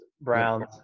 browns